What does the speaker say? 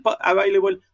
available